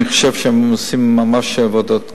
אני חושב שהם עושים ממש עבודת קודש.